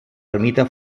ermita